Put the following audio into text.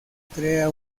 crea